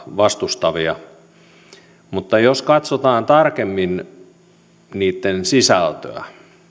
vastustavia mutta jos katsotaan tarkemmin niitten sisältöä